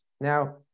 Now